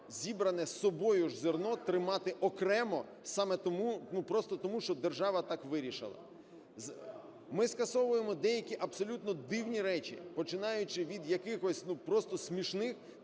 зібране собою ж зерно тримати окремо, саме тому, ну просто тому що держава так вирішила. Ми скасовуємо деякі абсолютно дивні речі, починаючи від якихось просто смішних,